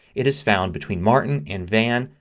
it is found between martion and van.